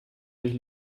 sich